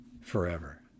forever